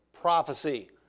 prophecy